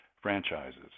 franchises